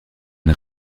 une